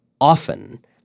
often